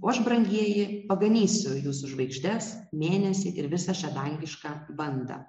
o aš brangieji paganysiu jūsų žvaigždes mėnesį ir visą šią dangišką bandą